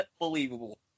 unbelievable